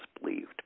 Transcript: believed